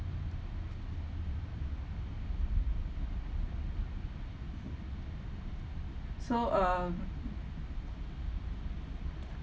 so um